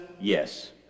Yes